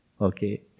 Okay